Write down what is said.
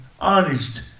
honest